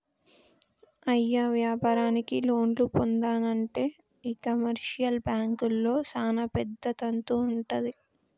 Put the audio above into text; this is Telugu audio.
అయ్య వ్యాపారానికి లోన్లు పొందానంటే ఈ కమర్షియల్ బాంకుల్లో సానా పెద్ద తంతు వుంటది